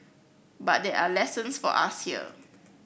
but there are lessons for us here